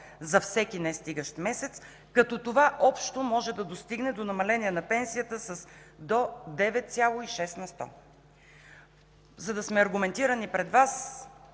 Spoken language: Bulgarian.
за всеки нестигащ месец, като това общо може да достигне до намаление на пенсията с до 9,6 на сто. За да сме аргументирани пред Вас